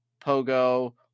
Pogo